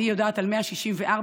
אני יודעת על 164,